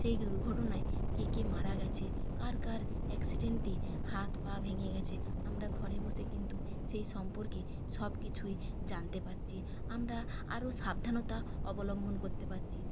সেই দুর্ঘটনায় কে কে মারা গেছে কার কার অ্যাক্সিডেন্টে হাত পা ভেঙে গেছে আমরা ঘরে বসে কিন্তু সেই সম্পর্কে সবকিছুই জানতে পারছি আমরা আরও সাবধানতা অবলম্বন করতে পারছি